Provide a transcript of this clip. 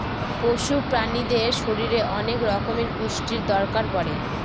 পশু প্রাণীদের শরীরে অনেক রকমের পুষ্টির দরকার পড়ে